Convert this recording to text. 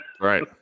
Right